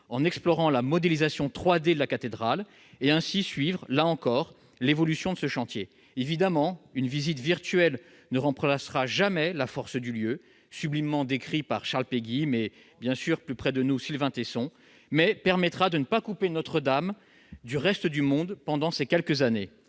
en explorant la modélisation 3D de la cathédrale, suivant ainsi l'évolution du chantier. Évidemment, une visite virtuelle ne remplacera jamais la force du lieu, sublimement décrit par Charles Péguy, ou, plus près de nous, par Sylvain Tesson, mais cela permettra de ne pas couper l'édifice du reste du monde pendant ces quelques années.